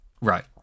Right